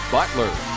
Butler